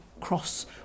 cross